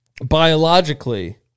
Biologically